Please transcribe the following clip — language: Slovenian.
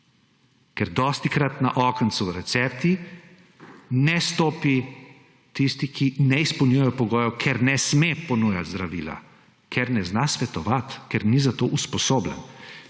ker dostikrat k okencu Recepti ne stopi tisti, ki ne izpolnjuje pogojev, ker ne sme ponujati zdravila, ker ne zna svetovati, ker ni za to usposobljen.